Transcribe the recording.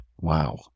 Wow